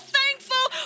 thankful